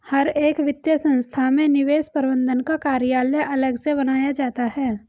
हर एक वित्तीय संस्था में निवेश प्रबन्धन का कार्यालय अलग से बनाया जाता है